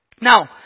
Now